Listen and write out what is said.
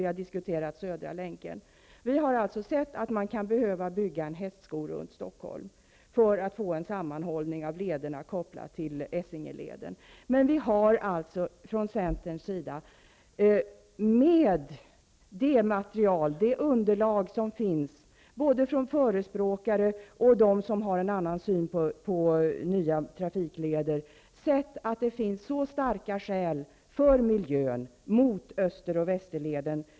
Vi har diskuterat Södra länken. Vi anser att det kan vara nödvändigt att bygga en hästskoformad led runt Stockholm för att få en sammanhållning av lederna, med koppling till Essingeleden. Men vi i Centern har, utifrån det underlag som finns både från förespråkare och från dem som har en annan syn på nya trafikleder, kommit fram till att det finns mycket starka skäl för miljön och mot Österleden och Västerleden.